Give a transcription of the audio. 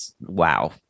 wow